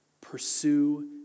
Pursue